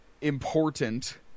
important